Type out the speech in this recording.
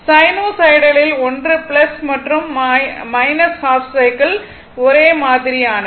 சைனூசாய்டலில் ஒன்று மற்றும் half cycle ஒரே மாதிரியானவை